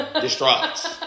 Distraught